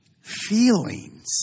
feelings